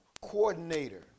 coordinator